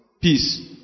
peace